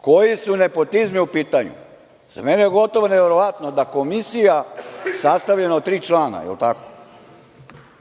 koji su nepotizmi u pitanju. Za mene je gotovo neverovatno da Komisija sastavljena od tri člana